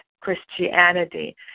Christianity